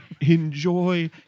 Enjoy